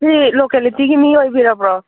ꯁꯤ ꯂꯣꯀꯦꯂꯤꯇꯤꯒꯤ ꯃꯤ ꯑꯣꯏꯕꯤꯔꯕ꯭ꯔꯣ